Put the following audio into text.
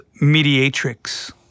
mediatrix